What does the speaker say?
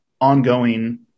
ongoing